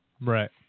Right